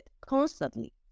constantly